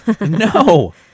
No